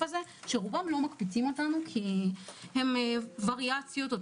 הזה שרובם לא מקפיצים אותנו כי הם וריאציות או